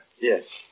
Yes